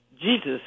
Jesus